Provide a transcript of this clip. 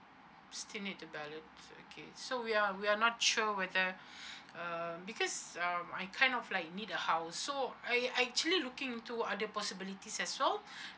still need to ballot okay so we are we are not sure whether uh because uh I kind of like in need the house so I I actually looking to other possibilities as well